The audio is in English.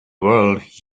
world